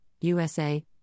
USA